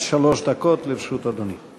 עד שלוש דקות לרשות אדוני.